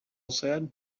said